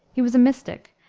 he was a mystic,